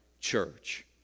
church